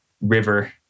river